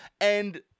And-